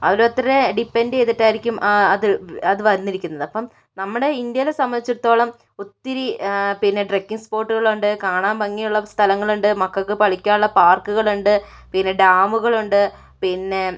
ഓരോരുത്തരെ ഡിപെൻഡ് ചെയ്തിട്ടായിരിക്കും അത് വന്നിരിക്കുന്നത് അപ്പം നമ്മുടെ ഇന്ത്യയിലെ സംബന്ധിച്ചിടത്തോളം ഒത്തിരി പിന്നെ ട്രക്കിംഗ് സ്പോട്ടുകൾ ഉണ്ട് കാണാൻ ഭംഗിയുള്ള സ്ഥലങ്ങളുണ്ട് മക്കൾക്ക് കളിക്കാനുള്ള പാർക്കുകൾ ഉണ്ട് പിന്നെ ഡാമുകൾ ഉണ്ട് പിന്നെ